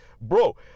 bro